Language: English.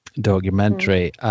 documentary